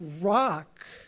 rock